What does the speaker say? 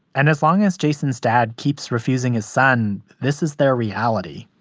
and as long as jason's dad keeps refusing his son, this is their reality.